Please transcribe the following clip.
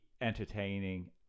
entertaining